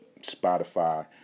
Spotify